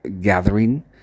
gathering